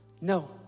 No